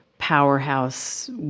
powerhouse